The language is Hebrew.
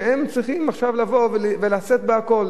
והם צריכים עכשיו לבוא ולשאת בכול.